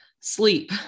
sleep